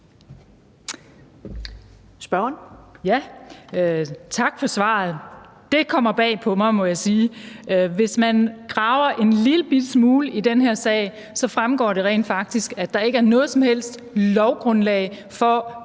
Tak for svaret. Det kommer bag på mig, må jeg sige. Hvis man graver et lillebitte smule i den her sag, fremgår det rent faktisk, at der ikke er noget som helst lovgrundlag for